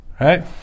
Right